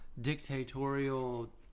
dictatorial